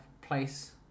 place